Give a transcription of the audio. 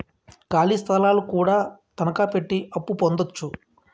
ఖాళీ స్థలాలు కూడా తనకాపెట్టి అప్పు పొందొచ్చు